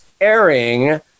airing